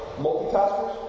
Multitaskers